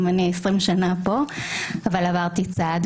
גם אני 20 שנה פה אבל עברתי צד,